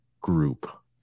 group